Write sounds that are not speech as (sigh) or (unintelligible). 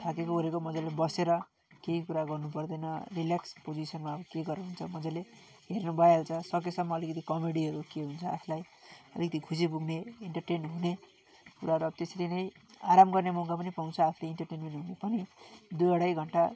थाकेको ओरेको मज्जाले बसेर केही कुरा गर्नु पर्दैन रिल्याक्स पोजिसनमा अब के गरेर हुन्छ मज्जाले हेर्नु भइहाल्छ सकेसम्म अलिकति कमेडीहरू के हुन्छ आफूलाई अलिकति खुसी पुग्ने इन्टर्टेन हुने र (unintelligible) त्यसरी नै आराम गर्ने मौका पनि पाउँछ आफूले इन्टर्टेनमेन हुने पनि दुई अढाई घन्टा